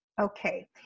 Okay